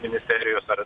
ministerijos ar